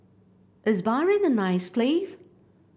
is Bahrain a nice place